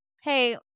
hey